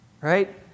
right